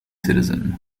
citizen